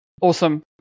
Awesome